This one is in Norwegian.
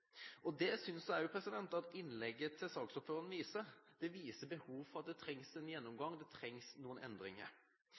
Jeg synes også at innlegget til saksordføreren viser at det er behov for en gjennomgang, at det trengs